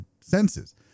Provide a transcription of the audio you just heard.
senses